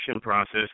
process